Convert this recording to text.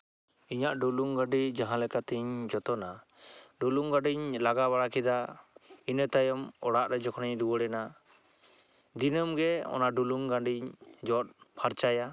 ᱤᱧᱟ ᱜ ᱰᱩᱞᱩᱝ ᱜᱟᱹᱰᱤ ᱡᱟᱦᱟᱸ ᱞᱮᱠᱟᱛᱤᱧ ᱡᱚᱛᱚᱱᱟ ᱰᱩᱞᱩᱝ ᱜᱟᱹᱰᱤᱧ ᱞᱟᱜᱟ ᱵᱟᱲᱟ ᱠᱮᱫᱟ ᱤᱱᱟᱹ ᱛᱟᱭᱚᱢ ᱚᱲᱟᱜ ᱨᱮ ᱡᱚᱠᱷᱚᱱᱤᱧ ᱨᱩᱣᱟᱹᱲᱮᱱᱟ ᱫᱤᱱᱟᱹᱢ ᱜᱮ ᱚᱱᱟ ᱰᱩᱞᱩᱝ ᱜᱟᱹᱰᱤᱧ ᱡᱚᱫ ᱯᱷᱟᱨᱪᱟᱭᱟ